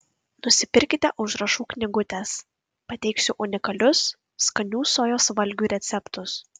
nusipirkite užrašų knygutes pateiksiu unikalius skanių sojos valgių receptus